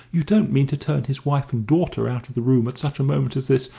you don't mean to turn his wife and daughter out of the room at such a moment as this?